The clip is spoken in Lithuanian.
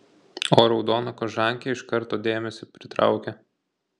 o raudona kožankė iš karto dėmesį pritraukia